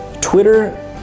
Twitter